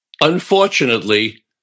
unfortunately